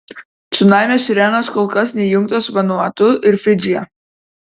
cunamio sirenos kol kas neįjungtos vanuatu ir fidžyje